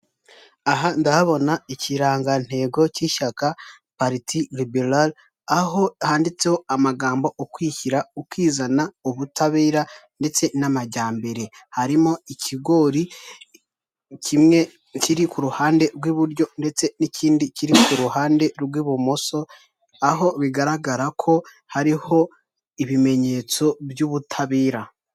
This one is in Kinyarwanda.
Aha ndahabona ikirangantego cy'ishyaka pariti riberari, aho handitseho amagambo ukwishyira ukizana, ubutabera ndetse n'amajyambere, harimo ikigori kimwe kiri ku ruhande rw'iburyo ndetse n'ikindi kiri ku ruhande rw'ibumoso aho bigaragara ko hariho ibimenyetso by'ubutabera.